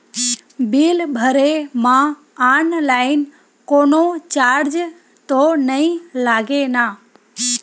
Bill भरे मा online कोनो चार्ज तो नई लागे ना?